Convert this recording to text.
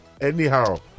anyhow